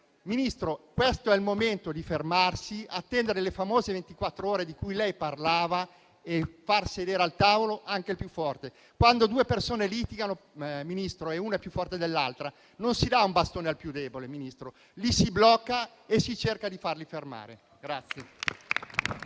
Ministro, questo è il momento di fermarsi, di attendere le famose ventiquattro ore di cui lei parlava e di far sedere al tavolo anche il più forte. Quando due persone litigano, Ministro, e una è più forte dell'altra, non si dà un bastone al più debole: li si blocca e si cerca di farli fermare.